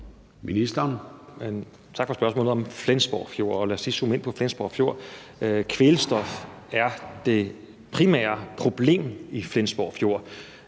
Kvælstof er det primære problem i Flensborg Fjord,